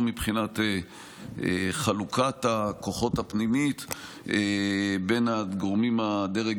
לא מבחינת חלוקת הכוחות הפנימית בין הגורמים מהדרג